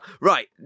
Right